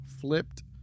Flipped